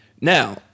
Now